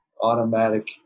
automatic